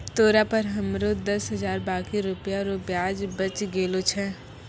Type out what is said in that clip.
तोरा पर हमरो दस हजार बाकी रुपिया रो ब्याज बचि गेलो छय